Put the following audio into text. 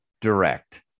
direct